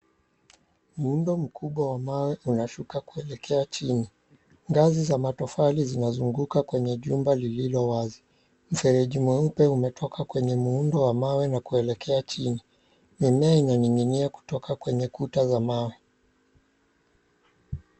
Muundo wa mawe unashuka kuelekea chini, ngazi za matofali zinazunguka kwenye jumba lililowazi. Mfereji mweupe umetoka kwenye muundo wa mawe na kuelekea chini. Mimea inaning'inia kutoka kwa kuta za mawe.